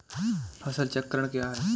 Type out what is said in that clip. फसल चक्रण क्या है?